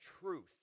truth